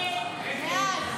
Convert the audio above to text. נתקבלה.